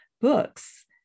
books